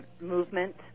movement